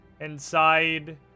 Inside